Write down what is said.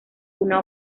una